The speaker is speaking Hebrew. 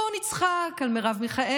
בואו נצחק על מרב מיכאלי,